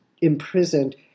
imprisoned